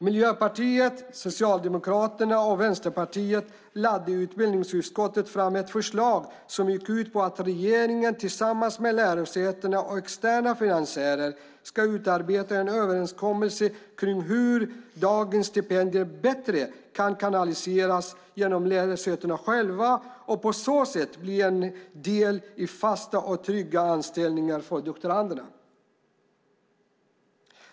Miljöpartiet, Socialdemokraterna och Vänsterpartiet lade i utbildningsutskottet fram ett förslag som gick ut på att regeringen tillsammans med lärosäten och externa finansiärer ska utarbeta en överenskommelse kring hur dagens stipendier bättre kan kanaliseras genom lärosätena själva och på så sätt bli en del i fasta och trygga anställningar för doktoranderna.